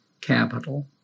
capital